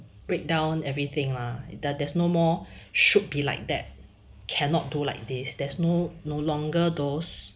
breakdown everything lah there's no more should be like that cannot do like this there's no no longer those